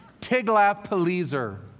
Tiglath-Pileser